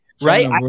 right